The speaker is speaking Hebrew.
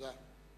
תודה.